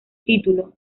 título